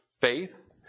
faith